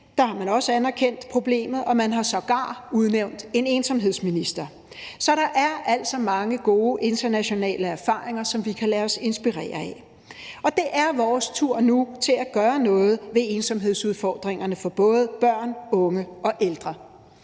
har man også anerkendt problemet, og man har sågar udnævnt en ensomhedsminister. Så der er altså mange gode internationale erfaringer, som vi kan lade os inspirere af. Og det er vores tur nu til at gøre noget ved ensomhedsudfordringerne for både børn, unge og ældre.